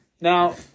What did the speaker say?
Now